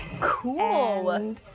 Cool